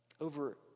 Over